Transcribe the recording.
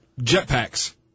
Jetpacks